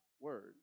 word